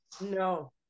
No